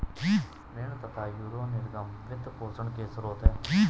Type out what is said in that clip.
ऋण तथा यूरो निर्गम वित्त पोषण के स्रोत है